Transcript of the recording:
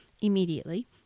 immediately